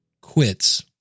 quits